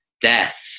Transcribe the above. death